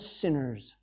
sinners